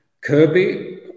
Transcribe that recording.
Kirby